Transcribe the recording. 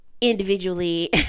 individually